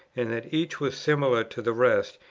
and that each was similar to the rest,